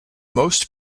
most